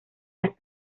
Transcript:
las